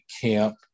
camp